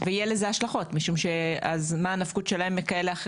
ויהיו לזה השלכות משום שמה מה הנפקות של אחרים